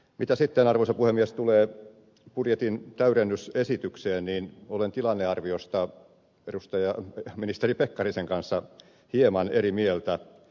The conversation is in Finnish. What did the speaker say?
mitä sitten arvoisa puhemies tulee budjetin täydennysesitykseen olen tilannearviosta ministeri pekkarisen kanssa hieman eri mieltä